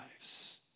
lives